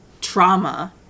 trauma